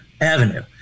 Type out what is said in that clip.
avenue